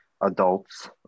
adults